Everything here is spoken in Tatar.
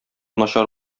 начар